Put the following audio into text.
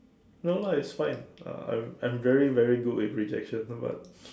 no lah it's fine uh I am I am very very good with rejection now but